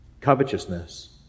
covetousness